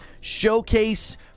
Showcase